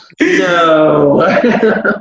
No